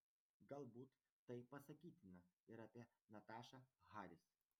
galbūt tai pasakytina ir apie natašą haris